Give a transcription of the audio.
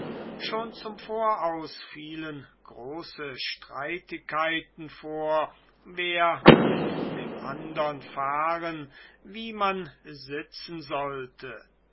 schon zum voraus fielen große streitigkeiten vor wer mit dem andern fahren wie man sitzen sollte